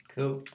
Cool